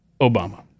Obama